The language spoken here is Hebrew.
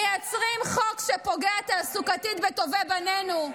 אתם מייצרים חוק שפוגע תעסוקתית בטובי בנינו.